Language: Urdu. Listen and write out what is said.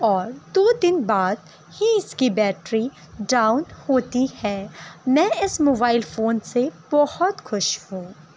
اور دو دن بعد ہی اس كی بیٹری ڈاؤن ہوتی ہے میں اس موبائل فون سے بہت خوش ہوں